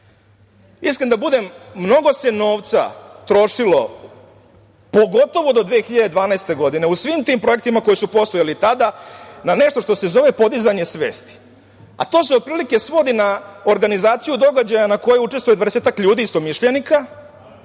bitne. Iskren da budem, mnogo se novca trošilo, pogotovo do 2012. godine u svim tim projektima koji su postojali tada na nešto što se zove podizanje svesti. To se otprilike svodi na organizaciju događaja na kojem učestvuje dvadesetak ljudi istomišljenika,